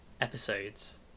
episodes